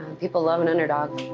people love an underdog.